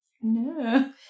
No